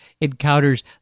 encounters